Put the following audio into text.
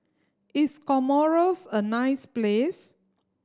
is Comoros a nice place